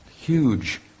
huge